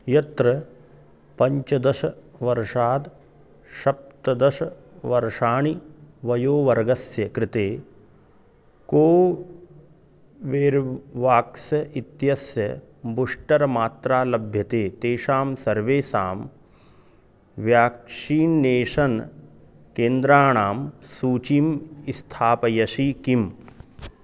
यत्र पञ्चदशवर्षात् सप्तदशवर्षाणि वयोवर्गस्य कृते कोवेर्वाक्स् इत्यस्य बूस्टर् मात्रा लभ्यते तेषां सर्वेषां व्याक्शीनेशन् केन्द्राणां सूचीम् स्थापयसि किम्